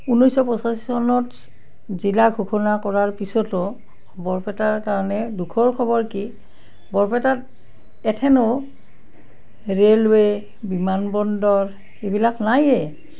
ঊনৈছশ পঁচাশী চনত জিলা ঘোষণা কৰাৰ পিছতো বৰপেটাৰ কাৰণে দুখৰ খবৰ কি বৰপেটাত এখনো ৰেলৱে' বিমান বন্দৰ এইবিলাক নাইয়ে